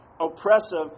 oppressive